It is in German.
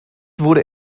wurde